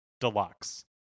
Deluxe